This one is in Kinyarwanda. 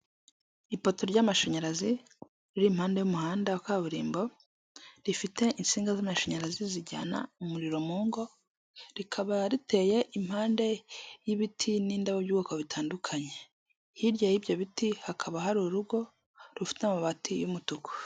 Ipoto ry'amashanyarazi riri impande y'umuhanda wa kaburimbo, rifite insinga z'amashanyarazi zijyana umuriro mu ngo, rikaba riteye impande y'ibiti n'indabo by'ubwoko butandukanye, hirya y'ibyo biti hakaba hari urugo rufite amabati y'umutuku.